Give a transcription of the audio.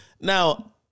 Now